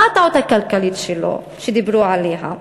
מה הטעות הכלכלית שלו, שדיברו עליה?